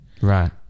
Right